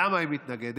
למה היא מתנגדת?